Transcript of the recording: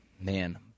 Man